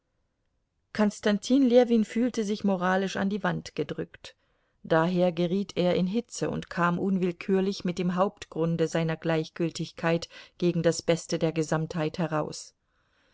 konstantin ljewin fühlte sich moralisch an die wand gedrückt daher geriet er in hitze und kam unwillkürlich mit dem hauptgrunde seiner gleichgültigkeit gegen das beste der gesamtheit heraus